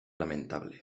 lamentable